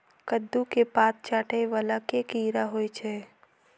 कद्दू केँ पात चाटय वला केँ कीड़ा होइ छै?